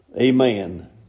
Amen